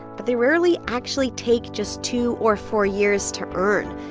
but they rarely actually take just two or four years to earn,